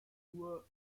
frisur